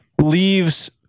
leaves